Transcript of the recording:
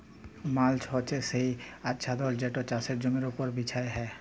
mulch হছে সে আচ্ছাদল যেট চাষের জমির উপর বিছাল হ্যয়